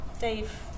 Dave